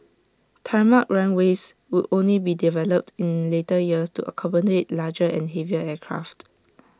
tarmac runways would only be developed in later years to accommodate larger and heavier aircraft